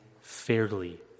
fairly